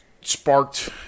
sparked